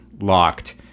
locked